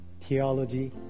theology